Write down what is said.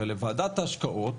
הרי לוועדת ההשקעות,